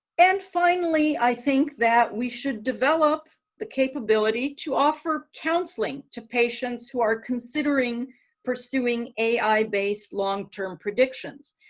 and finally i think that we should develop the capability to offer counseling to patients who are considering pursuing ai based long-term predictions.